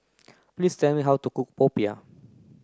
please tell me how to cook Popiah